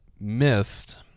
missed